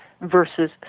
versus